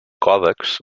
còdex